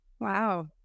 Wow